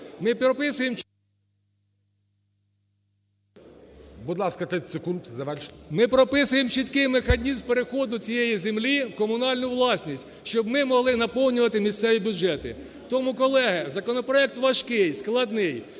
Ми прописуємо чіткий механізм переходу цієї землі у комунальну власність, щоб ми могли наповнювати місцеві бюджети. Тому, колеги, законопроект важкий, складний,